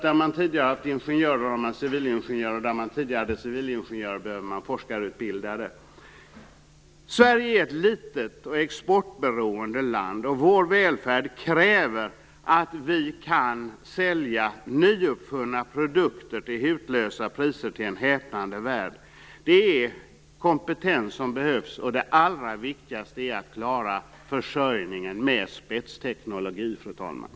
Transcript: Där man tidigare har haft ingenjörer behövs civilingenjörer, och där man tidigare har haft civilingenjörer behövs forskarutbildade. Sverige är ett litet och exportberoende land. Vår välfärd kräver att vi kan sälja nuyppfunna produkter till hutlösa priser till en häpnande värld. Det är kompetens som behövs. Det allra viktigaste är att klara försörjningen med spetsteknologi, fru talman.